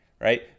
right